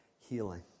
Healing